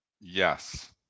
Yes